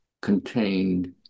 contained